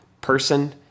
person